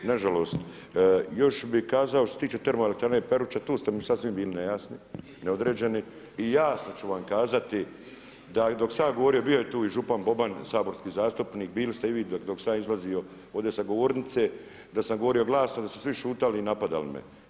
Na žalost, još bih kazao što se tiče termoelektrane Peruča, tu ste mi sasvim bili nejasni, neodređeni i jasno ću vam kazati da i dok sam ja govorio, bio je tu i župan Boban, saborski zastupnik, bili ste i vi dok sam ja izlazio ovdje sa govornice, da samo govorio glasno da su svi šutjeli i napadali me.